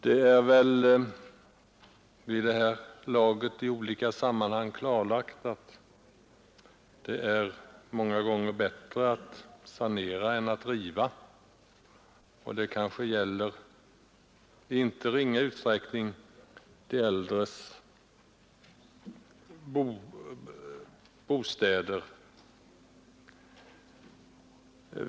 Vid det här laget har det i olika sammanhang klarlagts att det många gånger är bättre att sanera än att riva, och det gäller i inte ringa utsträckning de äldres bostäder.